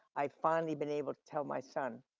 i finally been able to tell my son.